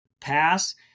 pass